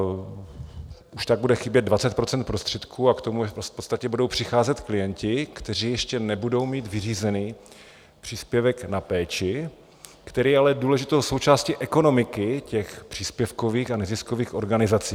Už tak bude chybět 20 % prostředků a k tomu v podstatě budou přicházet klienti, kteří ještě nebudou mít vyřízený příspěvek na péči, který je ale důležitou součástí ekonomiky těch příspěvkových a neziskových organizací.